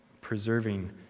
preserving